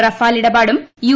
Rafale ഇടപാടും U